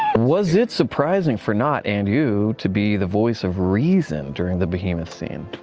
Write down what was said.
was it surprising for nott and you to be the voice of reason during the behemoth scene?